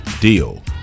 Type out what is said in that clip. deal